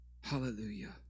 Hallelujah